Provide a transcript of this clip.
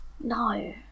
No